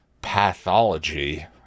pathology